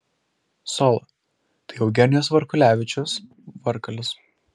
solo tai eugenijus varkulevičius varkalis